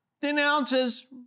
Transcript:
denounces